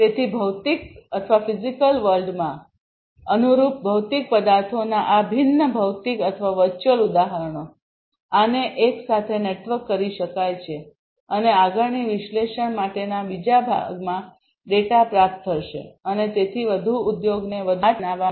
તેથી ભૌતિક વિશ્વમાં અનુરૂપ ભૌતિક પદાર્થોના આ ભિન્ન ભૌતિક અથવા વર્ચુઅલ ઉદાહરણો આને એક સાથે નેટવર્ક કરી શકાય છે અને આગળની વિશ્લેષણ માટેના બીજા ભાગમાં ડેટા પ્રાપ્ત થશે અને તેથી વધુ ઉદ્યોગને વધુ સ્માર્ટ બનાવવા માટે